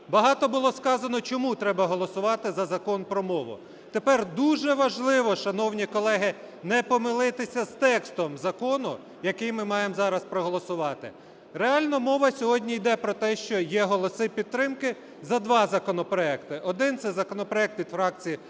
Багато було сказано чому треба голосувати за Закон промову, тепер дуже важливо, шановні колеги, не помилися з текстом закону, який ми маємо зараз проголосувати. Реально мова сьогодні йде про те, що є голоси підтримки з два законопроекти. Один це законопроект від фракції "Блоку